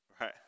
right